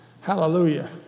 Hallelujah